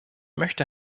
möchte